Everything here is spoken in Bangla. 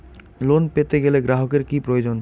লোন পেতে গেলে গ্রাহকের কি প্রয়োজন?